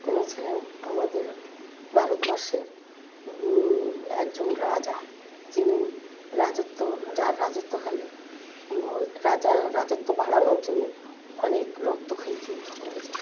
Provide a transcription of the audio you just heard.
উনি ছিলেন আমাদের ভারতবর্ষের একজন রাজা যিনি রাজত্ব যার রাজত্বকালে রাজার রাজত্ব বাড়ানোর জন্য অনেক রক্তক্ষয়ী যুদ্ধ করেছিলেন